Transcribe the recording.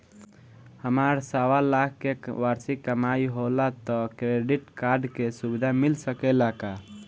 हमार सवालाख के वार्षिक कमाई होला त क्रेडिट कार्ड के सुविधा मिल सकेला का?